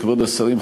כבוד השרים,